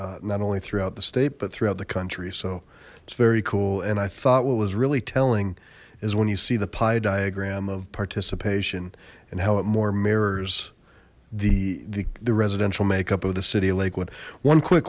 not only throughout the state but throughout the country so it's very cool and i thought what was really telling is when you see the pie diagram of participation and how it more mirrors the the residential makeup of the city of lakewood one quick